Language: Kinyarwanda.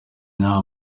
nta